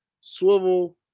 swivel